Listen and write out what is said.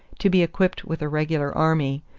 to be equipped with a regular army,